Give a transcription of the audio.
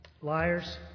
Liars